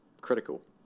critical